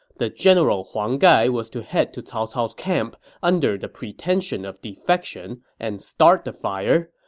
the general huang gai was to head to cao cao's camp under the pretension of defection and start the fire.